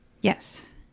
Yes